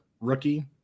rookie